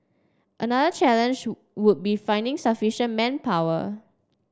another challenge would be finding sufficient manpower